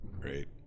Great